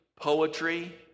poetry